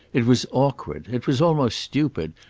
it was awkward, it was almost stupid,